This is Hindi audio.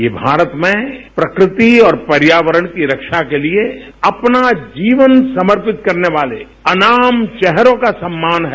ये भारत में प्रकृति और पर्यावरण की रक्षा के लिए अपना जीवन समर्पित करने वाले अनाम चेहरों का सम्मान है